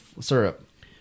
syrup